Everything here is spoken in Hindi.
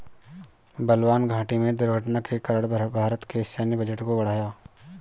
बलवान घाटी में दुर्घटना के कारण भारत के सैन्य बजट को बढ़ाया